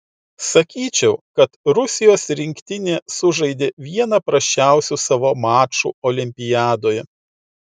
sakyčiau kad rusijos rinktinė sužaidė vieną prasčiausių savo mačų olimpiadoje